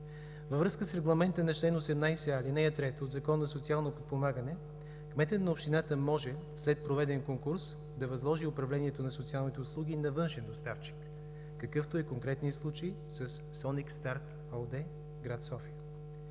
Във връзка с регламента на чл. 18, ал. 3 от Закона за социално подпомагане кметът на общината може след проведен конкурс да възложи управлението на социалните услуги на външен доставчик какъвто е конкретния случай със „Соник старт“ ОД – град София.